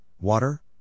water